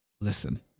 listen